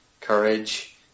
courage